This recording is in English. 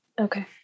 Okay